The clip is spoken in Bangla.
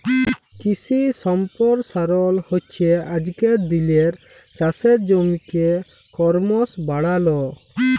কিশি সম্পরসারল হচ্যে আজকের দিলের চাষের জমিকে করমশ বাড়াল